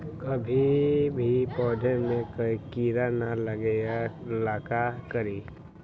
कभी भी पौधा में कीरा न लगे ये ला का करी?